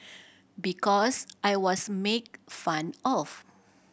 because I was make fun of